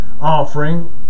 Offering